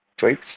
tweets